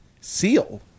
Seal